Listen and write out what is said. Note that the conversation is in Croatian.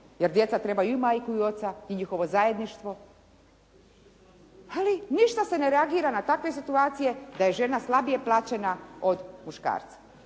jer djeca trebaju i majku i oca i njihovo zajedništvo. Ali ništa se ne reagira na takve situacije da je žena slabije plaćena od muškarca.